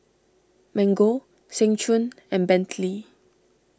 Mango Seng Choon and Bentley